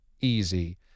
easy